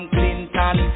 Clinton